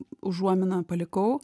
užuominą palikau